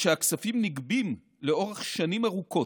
הרי שהכספים נגבים לאורך שנים ארוכות,